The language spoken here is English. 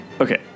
Okay